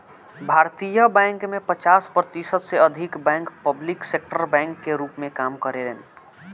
भारतीय बैंक में पचास प्रतिशत से अधिक बैंक पब्लिक सेक्टर बैंक के रूप में काम करेलेन